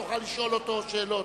תוכל לשאול אותו שאלות.